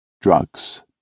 Drugs